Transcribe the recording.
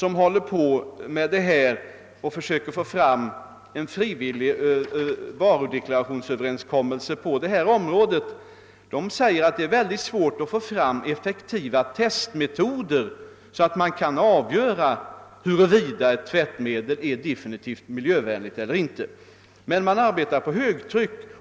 ker åstadkomma en frivillig varudeklaration på detta område, säger att det är mycket svårt att få fram effektiva testmetoder, med vilka man kan avgöra huruvida ett tvättmedel är miljövänligt eller inte. Man arbetar emellertid för högtryck.